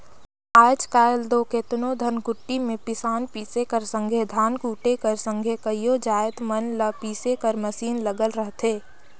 आएज काएल दो केतनो धनकुट्टी में पिसान पीसे कर संघे धान कूटे कर संघे कइयो जाएत मन ल पीसे कर मसीन लगल रहथे